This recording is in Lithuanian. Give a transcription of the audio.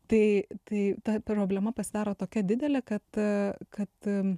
tai tai ta problema pasidaro tokia didelė kad kad